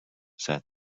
said